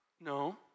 No